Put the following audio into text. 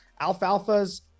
Alfalfas